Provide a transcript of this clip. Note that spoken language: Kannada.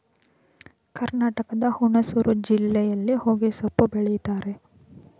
ಕರ್ನಾಟಕದ ಹುಣಸೂರು ಜಿಲ್ಲೆಯಲ್ಲಿ ಹೊಗೆಸೊಪ್ಪು ಬೆಳಿತರೆ